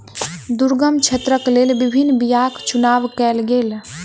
दुर्गम क्षेत्रक लेल विभिन्न बीयाक चुनाव कयल गेल